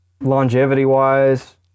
longevity-wise